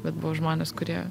bet buvo žmonės kurie